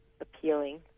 appealing